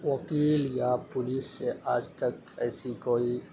وکیل یا پولیس سے آج تک ایسی کوئی